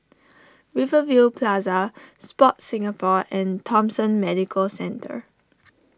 Rivervale Plaza Sport Singapore and Thomson Medical Centre